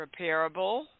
repairable